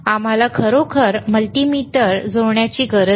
आम्हाला खरोखर मल्टीमीटर डावीकडे जोडण्याची गरज नाही